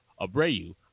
Abreu